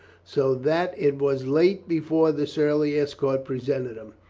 so that it was late before the surly escort presented him.